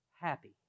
Happy